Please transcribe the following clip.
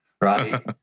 right